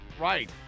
right